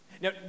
Now